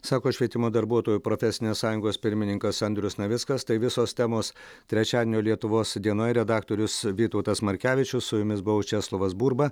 sako švietimo darbuotojų profesinės sąjungos pirmininkas andrius navickas tai visos temos trečiadienio lietuvos dienoje redaktorius vytautas markevičius su jumis buvau česlovas burba